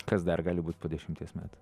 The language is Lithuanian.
kas dar gali būt po dešimties metų